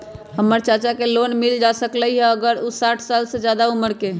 हमर चाचा के लोन मिल जा सकलई ह अगर उ साठ साल से जादे उमर के हों?